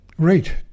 Great